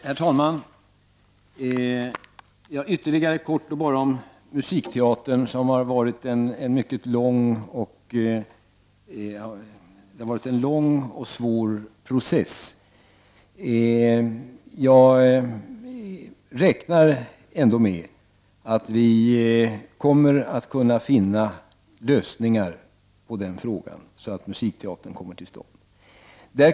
Herr talman! Ytterligare något kort om musikteatern, som har inneburit en mycket lång och svår process. Jag räknar ändå med att vi kommer att kunna finna lösningar på den frågan så att musikteatern kommer till stånd.